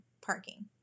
parking